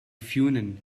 funan